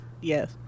Yes